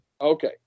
Okay